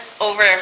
over